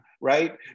right